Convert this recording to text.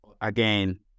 again